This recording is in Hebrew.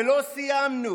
ולא סיימנו,